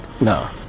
No